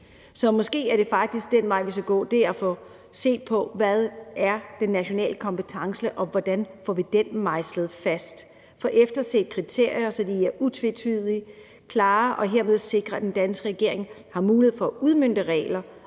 Så måske er den vej, vi faktisk skal gå, at få set på, hvad den nationale kompetence er, og hvordan vi får den mejslet fast, får efterset kriterier, så de er utvetydige og klare, så man hermed sikrer, at den danske regering har mulighed for at udmønte regler